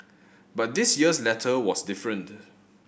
but this year's letter was different